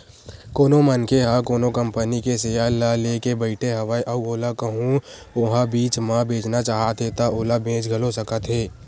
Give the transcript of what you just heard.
कोनो मनखे ह कोनो कंपनी के सेयर ल लेके बइठे हवय अउ ओला कहूँ ओहा बीच म बेचना चाहत हे ता ओला बेच घलो सकत हे